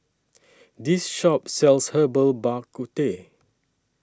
This Shop sells Herbal Bak Ku Teh